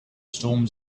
storms